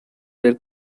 their